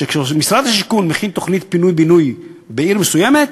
שכשמשרד השיכון מכין תוכנית פינוי-בינוי בעיר מסוימת,